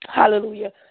Hallelujah